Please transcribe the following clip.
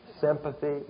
sympathy